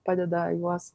padeda juos